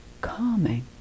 calming